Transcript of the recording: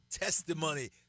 testimony